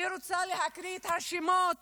אני רוצה להקריא את השמות